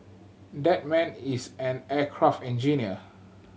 that man is an aircraft engineer